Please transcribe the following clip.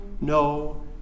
no